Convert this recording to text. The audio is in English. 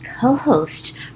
co-host